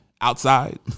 outside